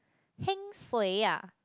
heng suay ah